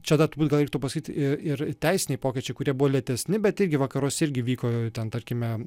čia dar turbūt gal reiktų pasakyt ir ir teisiniai pokyčiai kurie buvo lėtesni bet irgi vakaruose irgi vyko jau ten tarkime